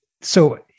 So-